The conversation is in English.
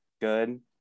good